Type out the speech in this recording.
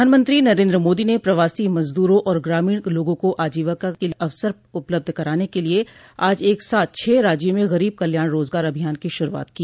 प्रधानमंत्री नरेन्द्र मोदी ने प्रवासी मजदूरों और ग्रामीण लोगों को आजीविका के अवसर उपलब्ध कराने के लिए आज एक साथ छह राज्यों में गरीब कल्याण रोजगार अभियान की श्र् रूआत की